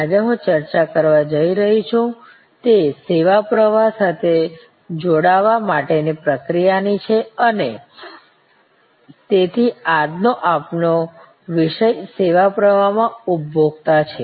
આજે હું ચર્ચા કરવા જઈ રહી છું તે સેવા પ્રવાહ સાથે જોડાવા માટેની પ્રક્રિયા ની છે તેથી આજ નો આપનો વિષય સેવા પ્રવાહમાં ઉપભોક્તા છે